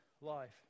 life